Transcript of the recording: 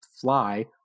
fly